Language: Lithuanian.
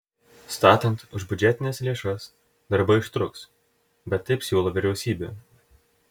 statant už biudžetines lėšas darbai užtruks bet taip siūlo vyriausybė